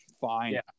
fine